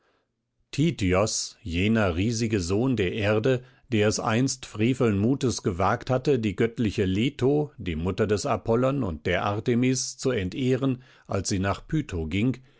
jener riesige sohn der erde der es einst freveln mutes gewagt hatte die göttliche leto die mutter des apollon und der artemis zu entehren als sie nach pytho ging